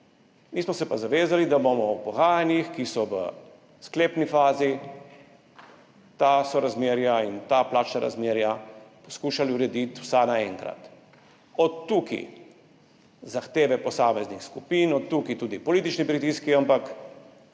Mi smo se pa zavezali, da bomo v pogajanjih, ki so v sklepni fazi, ta sorazmerja in ta plačna razmerja poskušali urediti vsa naenkrat. Od tukaj zahteve posameznih skupin, od tukaj tudi politični pritiski, ampak